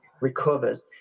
recovers